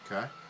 Okay